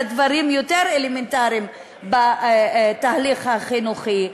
לדברים יותר אלמנטריים בתהליך החינוכי.